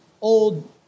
old